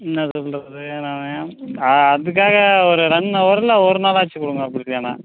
என்ன சொல்கிறது நான் அதுக்காக ஒரு ரெண்டுநாளில் ஒரு நாளாச்சும் கொடுங்க முடிஞ்சானா